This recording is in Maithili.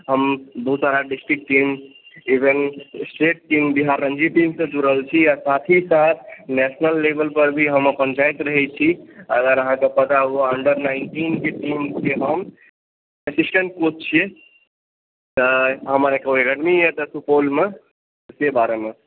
हम बहुत सारा district team even state team Bihar Ranji टीमसँ जुड़ल छी आ साथ ही साथ नेशनल लेबल पर भी हम अपन जायत रहैत छी अगर अहाँकें पता हुए अंडर नाइनटीन टीम छी हम असिस्टेंट कोच छियै तऽ हमर एगो एकेडमी यऽ एतय सुपौलमे से बारेमे